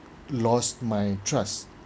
lost my trust